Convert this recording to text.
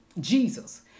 Jesus